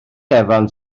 evans